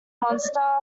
monster